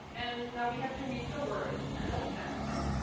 and now, we have to read the words, understand them,